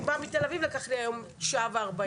אני באה מתל אביב היום לקח לי שעה וארבעים.